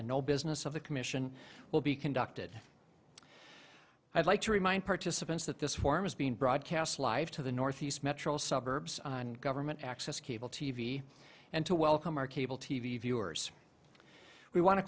and no business of the commission will be conducted i'd like to remind participants that this form is being broadcast live to the northeast metro suburbs and government access cable t v and to welcome our cable t v viewers we want to